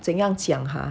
怎样讲 !huh!